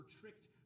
tricked